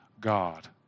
God